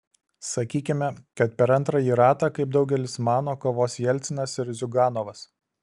sakykime kad per antrąjį ratą kaip daugelis mano kovos jelcinas ir ziuganovas